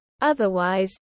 Otherwise